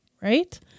Right